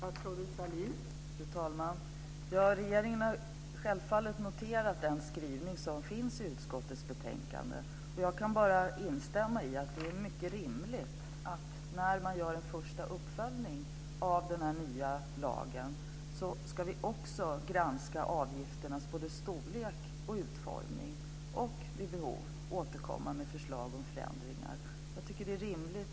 Fru talman! Regeringen har självfallet noterat den skrivning som finns i utskottets betänkande. Jag kan bara instämma i att det är mycket rimligt att vi när man gör en första uppföljning av lagen också ska granska avgifternas både storlek och utformning och vid behov återkomma med förslag till ändringar. Jag tycker att det är rimligt.